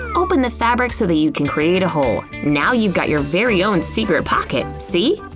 open the fabric so that you create a hole. now you've got your very own secret pocket, see?